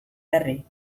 berri